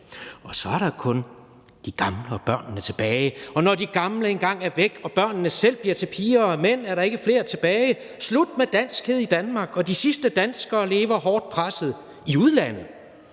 så der kun blir de gamle og børnene tilbage/og når de gamle engang er væk/og børnene selv blir piger og mænd/er der ikke fler tilbage/slut med danskhed i Danmark/og de sidste danskere lever hårdt presset/i udlandet/hvorfor